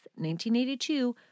1982